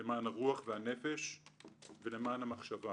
למען הרוח והנפש ולמען המחשבה.